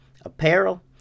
apparel